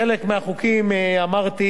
בחלק מהחוקים אמרתי,